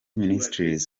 ministries